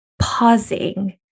pausing